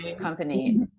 company